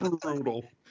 brutal